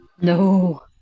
No